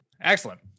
Excellent